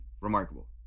remarkable